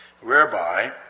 whereby